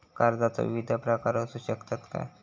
कर्जाचो विविध प्रकार असु शकतत काय?